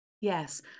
yes